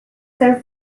their